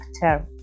term